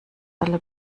aller